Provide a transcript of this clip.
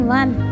one